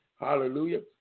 Hallelujah